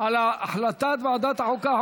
על החלטת ועדת החוקה,